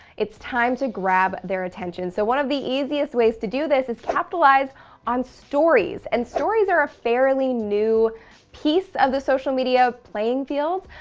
it's time to grab their attention. so one of the easiest ways to do this is capitalize on stories. and stories are a fairly new piece of the social media playing field,